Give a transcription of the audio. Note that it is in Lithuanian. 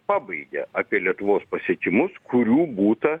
pabaigia apie lietuvos pasiekimus kurių būta